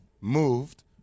moved